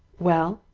well?